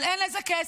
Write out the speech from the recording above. אבל אין לזה כסף.